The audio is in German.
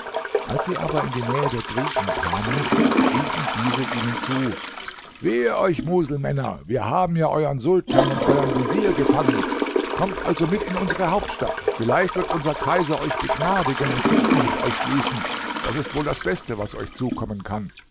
als sie aber in die nähe der griechen kamen riefen diese ihnen zu wehe euch muselmänner wir haben ja euern sultan und euern vezier gefangen kommt also mit in unsere hauptstadt vielleicht wird unser kaiser euch begnadigen und frieden mit euch schließen das ist wohl das beste was euch zukommen kann